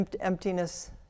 emptiness